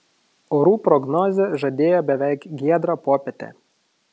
orų prognozė žadėjo beveik giedrą popietę